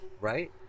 right